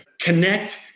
connect